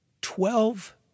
Twelve